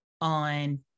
on